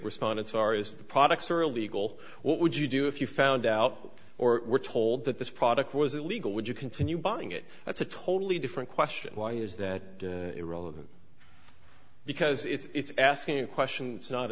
respondents are is the products are illegal what would you do if you found out or were told that this product was illegal would you continue buying it that's a totally different question why is that irrelevant because it's asking a question it's not